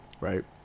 right